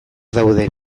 daude